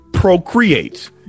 Procreate